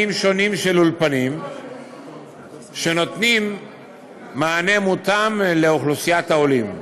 שונים של אולפנים שנותנים מענה מותאם לאוכלוסיית העולים.